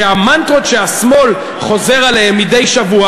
שהמנטרות שהשמאל חוזר עליהן מדי שבוע